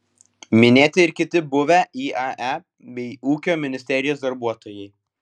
minėti ir kiti buvę iae bei ūkio ministerijos darbuotojai